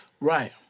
Right